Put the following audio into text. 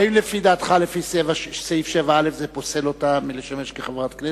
האם לפי דעתך לפי סעיף 7א זה פוסל אותה מלשמש כחברת כנסת?